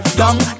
dumb